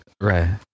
right